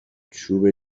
چوب